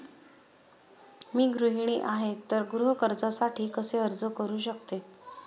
मी गृहिणी आहे तर गृह कर्जासाठी कसे अर्ज करू शकते?